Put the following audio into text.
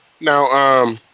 Now